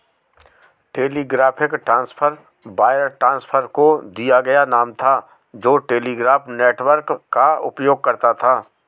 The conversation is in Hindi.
टेलीग्राफिक ट्रांसफर वायर ट्रांसफर को दिया गया नाम था जो टेलीग्राफ नेटवर्क का उपयोग करता था